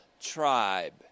tribe